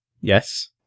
Yes